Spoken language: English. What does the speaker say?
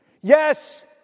Yes